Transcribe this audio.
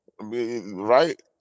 Right